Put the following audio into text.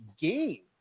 game